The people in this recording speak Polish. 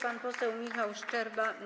Pan poseł Michał Szczerba.